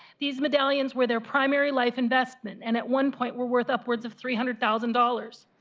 these medallions were their primary life investment, and at one point were were upwards of three hundred thousand dollars.